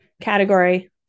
category